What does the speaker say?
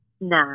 No